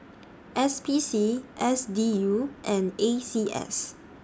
S P C S D U and A C S